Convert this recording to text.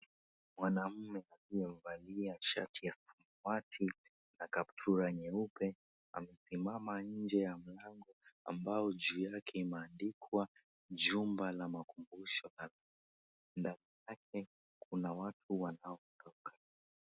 Mwanaume akiwa amevalia shati ya samawati na kaptura nyeupe amesimama nje ya mlango ambao juu yake imeandikwa, Jumba la Makumbusho, Lamu. Ndani yake kuna watu wanaotoka.